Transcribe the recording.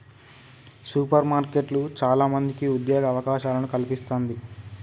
super మార్కెట్లు చాల మందికి ఉద్యోగ అవకాశాలను కల్పిస్తంది